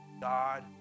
God